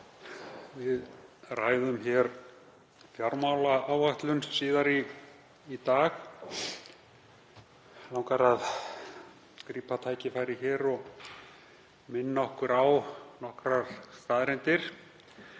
Við ræðum hér fjármálaáætlun síðar í dag. Mig langar að grípa tækifærið og minna okkur á nokkrar staðreyndir.